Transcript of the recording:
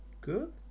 good